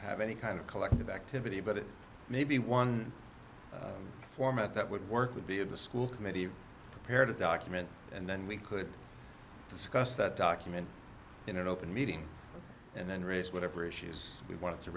have any kind of collective activity but maybe one format that would work would be of the school committee appeared to document and then we could discuss that document in an open meeting and then raise whatever issues we wanted to